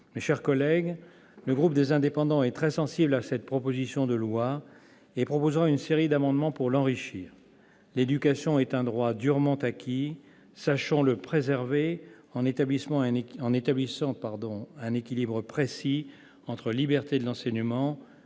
mes chers collègues, le groupe Les Indépendants est très sensible à cette proposition de loi et présentera une série d'amendements pour l'enrichir. L'éducation est un droit durement acquis : sachons le préserver en établissant un équilibre précis entre liberté de l'enseignement,